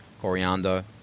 coriander